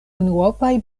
unuopaj